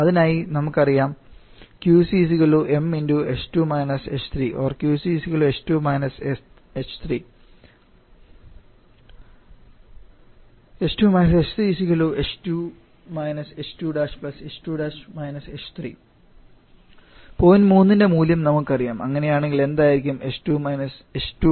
അതിനായി നമുക്കറിയാം 𝑄𝐶 𝑚 ℎ2 − ℎ3 or 𝑞𝐶 ℎ2 − ℎ3 ℎ2 − ℎ3 ℎ2 − ℎ2′ ℎ2′ − ℎ3 point 3 ൻറ മൂല്യങ്ങൾ നമുക്കറിയാം അങ്ങനെയാണെങ്കിൽ എന്തായിരിക്കും h2 h3